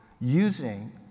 using